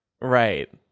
Right